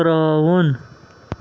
ترٛاوُن